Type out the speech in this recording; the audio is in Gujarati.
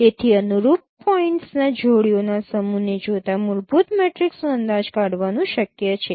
તેથી અનુરૂપ પોઇન્ટ્સના જોડીઓના સમૂહને જોતાં મૂળભૂત મેટ્રિક્સનો અંદાજ કાઢવાનું શક્ય છે